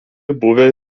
buvę